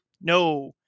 No